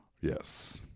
Yes